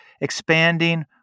expanding